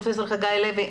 פרופסור חגי לוין,